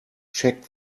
check